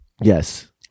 Yes